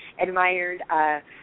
admired